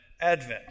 Advent